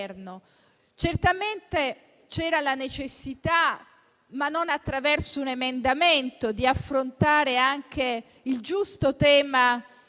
Certamente c'era la necessità, ma non attraverso un emendamento, di affrontare anche il giusto tema